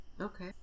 Okay